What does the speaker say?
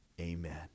amen